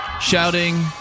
shouting